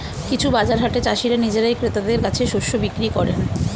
কিছু বাজার হাটে চাষীরা নিজেরাই ক্রেতাদের কাছে শস্য বিক্রি করেন